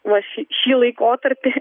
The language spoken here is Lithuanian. va šį šį laikotarpį